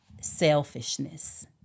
selfishness